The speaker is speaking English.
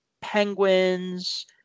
penguins